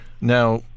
now